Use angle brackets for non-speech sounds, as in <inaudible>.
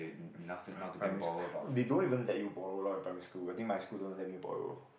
<breath> primary school they don't even let you borrow lor in primary school I think my school doesn't let me borrow